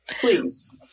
Please